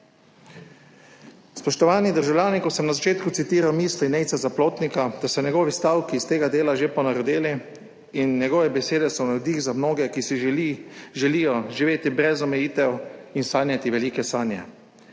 Spoštovani državljani, ko sem na začetku citiral misli Nejca Zaplotnika, da so njegovi stavki iz tega dela že ponarodeli in njegove besede navdih za mnoge, ki si želijo živeti brez omejitev in sanjati velike sanje.